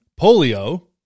polio